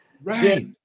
Right